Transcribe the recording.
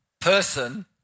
person